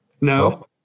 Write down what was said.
No